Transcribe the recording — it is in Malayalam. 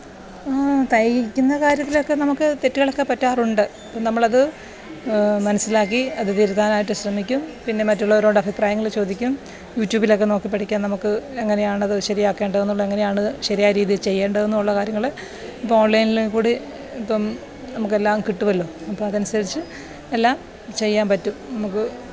തയ്ക്കുന്ന കാര്യത്തിലൊക്കെ നമുക്ക് തെറ്റുകളൊക്കെ പറ്റാറുണ്ട് അപ്പം നമ്മളത് മനസ്സിലാക്കി അത് തിരുത്താനായിട്ട് ശ്രമിക്കും പിന്നെ മറ്റുള്ളവരോട് അഭിപ്രയങ്ങൾ ചോദിക്കും യൂട്യൂബിലൊക്കെ നോക്കി പഠിക്കാം നമുക്ക് എങ്ങനെയാണത് ശരിയാക്കേണ്ടത് എന്നുള്ളത് എങ്ങനെയാണ് ശരിയായി രീതിയില് ചെയ്യണ്ടത് എന്നും ഉള്ള കാര്യങ്ങൾ ഇപ്പോൾ ഓണ്ലൈനിൽ കൂടി ഇപ്പം നമുക്ക് എല്ലാം കിട്ടുമല്ലോ അപ്പം അതനുസരിച്ച് എല്ലാം ചെയ്യാന് പറ്റും നമുക്ക്